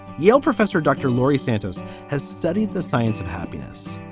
yale professor dr. laurie santo's has studied the science of happiness,